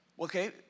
okay